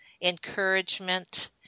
encouragement